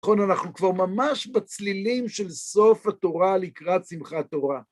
נכון, אנחנו כבר ממש בצלילים של סוף התורה לקראת שמחת תורה.